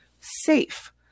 safe